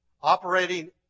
Operating